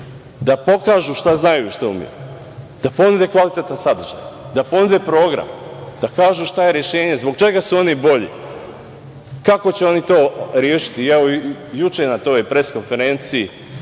da pokažu šta znaju i šta umeju, da ponude kvalitetan sadržaj, da ponude program, da kažu šta je rešenje, zbog čega su oni bolji, kako će oni to rešiti. Evo, juče na toj preskonferenciji